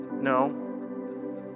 No